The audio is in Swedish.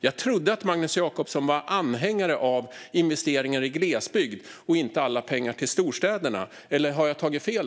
Jag trodde att Magnus Jacobsson var anhängare av investeringar i glesbygd och inte att alla pengar ska gå till storstäderna. Har jag tagit fel?